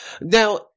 Now-